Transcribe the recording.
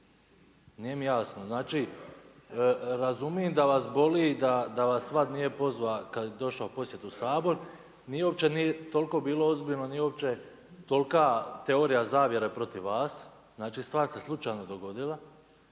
Nije mi jasno. Znači, razumim da vas boli, da vas …/Govornik se ne razumije./… nije pozva, kad je došao u posjetu u Sabor, nije uopće tolko bilo ozbiljno, nije uopće tolika teorija zavjere protiv vas. Znači, stvar se slučajno dogodila.